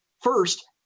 First